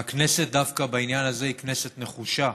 ודווקא בעניין הזה הכנסת היא כנסת נחושה.